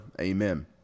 Amen